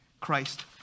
Christ